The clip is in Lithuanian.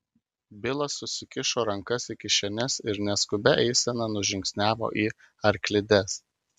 bilas susikišo rankas į kišenes ir neskubia eisena nužingsniavo į arklides